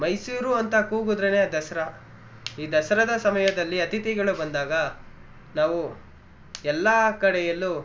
ಮೈಸೂರು ಅಂತ ಕೂಗಿದ್ರೇನೆ ದಸರಾ ಈ ದಸರಾದ ಸಮಯದಲ್ಲಿ ಅತಿಥಿಗಳು ಬಂದಾಗ ನಾವು ಎಲ್ಲ ಕಡೆಯಲ್ಲೂ